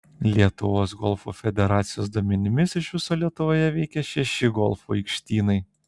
lietuvos golfo federacijos duomenimis iš viso lietuvoje veikia šeši golfo aikštynai